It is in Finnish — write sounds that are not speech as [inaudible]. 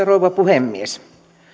[unintelligible] rouva puhemies